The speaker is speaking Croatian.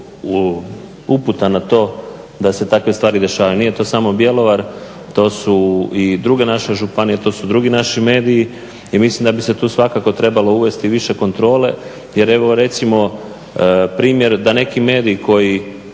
uputa na to da se takve stvari dešavaju. Nije to samo Bjelovar. To su i druge naše županije, to su drugi naši mediji. I mislim da bi se tu svakako trebalo uvesti više kontrole, jer evo recimo primjer da neki medij koji